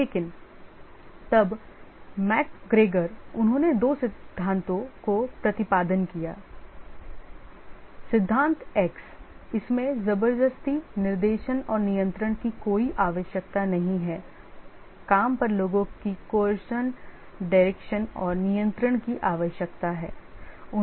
लेकिन तब मैकग्रेगर उन्होंने दो सिद्धांतों को प्रतिपादित किया सिद्धांत X इसमें ज़बरदस्ती निर्देशन और नियंत्रण की कोई आवश्यकता नहीं है काम पर लोगों की coercion direction और नियंत्रण की आवश्यकता है